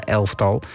elftal